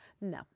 no